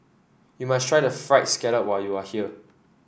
you must try the fried scallop when you are here